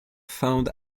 found